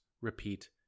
repeat